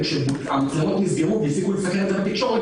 כשהמצלמות נסגרו והפסיקו לצלם את זה לתקשורת,